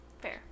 Fair